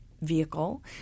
vehicle